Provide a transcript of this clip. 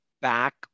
back